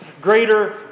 greater